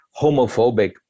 homophobic